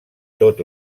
tot